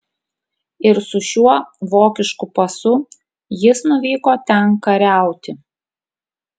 ir su šiuo vokišku pasu jis nuvyko ten kariauti